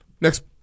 Next